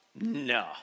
No